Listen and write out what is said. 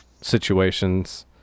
situations